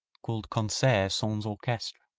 called concert sans orchestre.